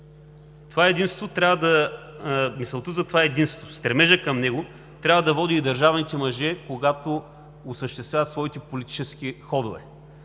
Мисълта за това единство, стремежът към него трябва да води държавните мъже, когато осъществяват своите политически ходове.